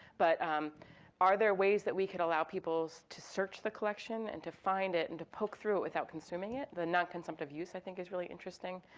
but um are there ways that we could allow people to search the collection and to find it and to poke through it without consuming it? the non-consumptive use, i think, is really interesting.